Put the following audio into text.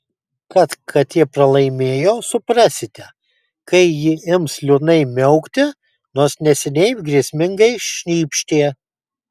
kad katė pralaimėjo suprasite kai ji ims liūdnai miaukti nors neseniai grėsmingai šnypštė